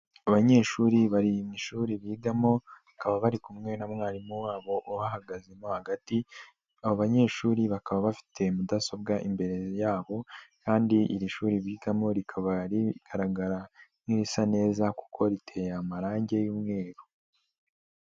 Abanyeshuri bari mu ishuri bigamo, bakaba bari kumwe na mwarimu wabo ubahagazemo hagati, aba banyeshuri bakaba bafite mudasobwa imbere yabo, kandi iri shuri bigamo rikaba rigaragara nk'irisa neza, kuko riteye amarangi y'umweru.